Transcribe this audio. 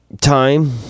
time